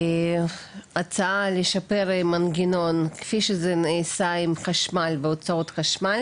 הצעה לשפר מנגנון כפי שזה נעשה עם חשמל והוצאות חשמל,